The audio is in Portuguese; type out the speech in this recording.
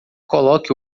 coloque